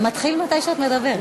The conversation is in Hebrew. מתחיל מתי שאת מדברת.